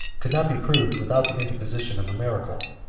could not be proved without the interposition of a miracle.